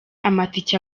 amatike